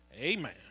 amen